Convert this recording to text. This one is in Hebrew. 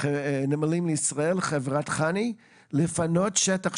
נמלים לישראל לפנות שם שטח.